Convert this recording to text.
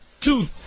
two